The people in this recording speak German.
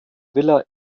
villa